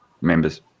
members